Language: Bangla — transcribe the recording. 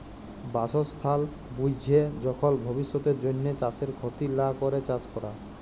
বাসস্থাল বুইঝে যখল ভবিষ্যতের জ্যনহে চাষের খ্যতি লা ক্যরে চাষ ক্যরা